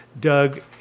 Doug